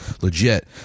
legit